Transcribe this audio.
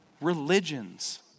religions